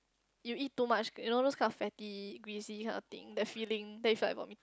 you eat too much you know those kind of fatty greasy kind of thing that feeling then if I got meat